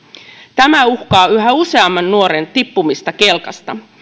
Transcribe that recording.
tämä uhkaa tiputtaa yhä useamman nuoren kelkasta